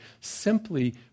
simply